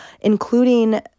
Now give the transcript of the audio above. including